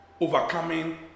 overcoming